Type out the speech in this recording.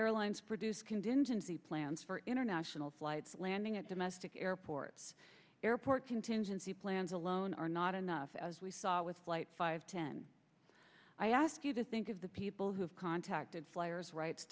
airlines produce contingency plans for international flights landing at domestic airports airport contingency plans alone are not enough as we saw with flight five ten i ask you to think of the people who have contacted flyers rights